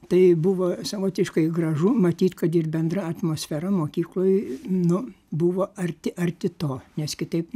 tai buvo savotiškai gražu matyt kad ir bendra atmosfera mokykloj nu buvo arti arti to nes kitaip